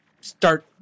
start